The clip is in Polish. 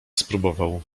spróbował